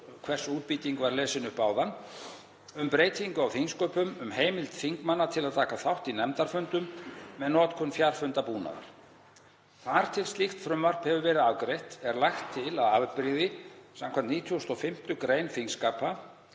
hvers útbýting var lesin upp áðan, um breytingu á þingsköpum, um heimild þingmanna til að taka þátt í nefndarfundum með notkun fjarfundabúnaðar. Þar til slíkt frumvarp hefur verið afgreitt er lagt til að afbrigði samkvæmt 95. gr. þingskapa